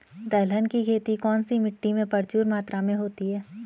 दलहन की खेती कौन सी मिट्टी में प्रचुर मात्रा में होती है?